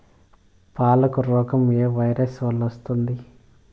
పాలకు రోగం ఏ వైరస్ వల్ల వస్తుంది?